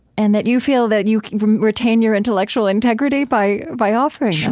and that you feel that you retain your intellectual integrity by by offering